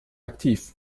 aktiv